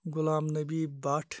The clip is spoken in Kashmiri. غُلام نبی بَٹ